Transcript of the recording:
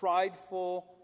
prideful